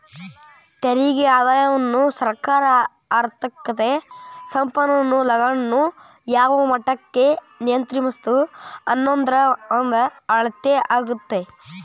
ತೆರಿಗೆ ಆದಾಯವನ್ನ ಸರ್ಕಾರ ಆರ್ಥಿಕತೆ ಸಂಪನ್ಮೂಲಗಳನ್ನ ಯಾವ ಮಟ್ಟಕ್ಕ ನಿಯಂತ್ರಿಸ್ತದ ಅನ್ನೋದ್ರ ಒಂದ ಅಳತೆ ಆಗ್ಯಾದ